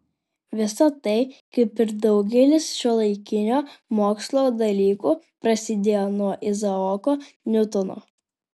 visa tai kaip ir daugelis šiuolaikinio mokslo dalykų prasidėjo nuo izaoko niutono